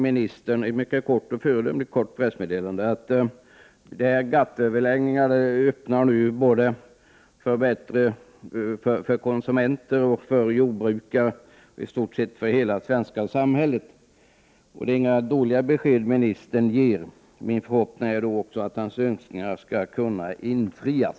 I ett föredömligt kort pressmeddelande säger ministern att GATT överläggningarna öppnar möjligheter för konsumenter och jordbrukare, ja, i stort sett för hela det svenska samhället. Det är inga dåliga besked ministern ger. Min förhoppning är att hans önskningar också skall kunna infrias.